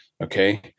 Okay